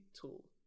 tool